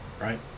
right